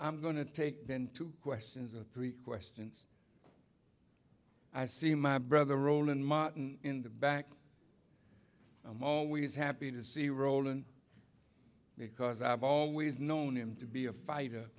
i'm going to take then two questions and three questions i see my brother roland martin in the back i'm always happy to see roland because i've always known him to be a fighter